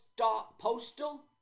postal